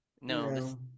No